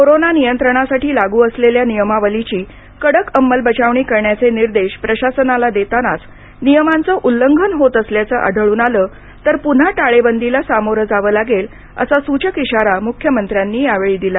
corona नियंत्रणासाठी लागू असलेल्या नियमावलीची कडक अंमलबजावणी करण्याचे निर्देश प्रशासनाला देतानाच नियमांचं उल्लंघन होत असल्याचं आढळून आलं तर पुन्हा टाळेबंदीला समोरं जावं लागेल असा सूचक इशारा मुख्यमंत्र्यांनी यावेळी दिला